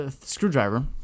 screwdriver